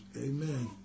Amen